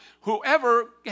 whoever